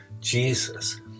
Jesus